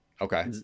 okay